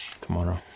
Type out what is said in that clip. Tomorrow